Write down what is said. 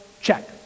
check